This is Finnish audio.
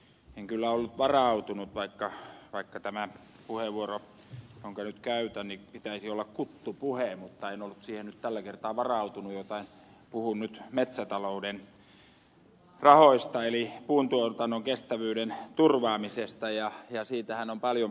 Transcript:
en kyllä ollut varautunut tämän puheenvuoron jonka nyt käytän pitäisi olla kuttupuhe mutta en ollut siihen tällä kertaa varautunut joten puhun nyt metsätalouden rahoista eli puuntuotannon kestävyyden turvaamisesta ja siitähän on paljon puhuttu